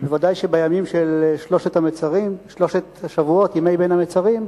ודאי שימים של שלושת השבועות, ימי בין המצרים,